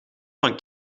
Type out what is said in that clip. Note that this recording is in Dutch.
van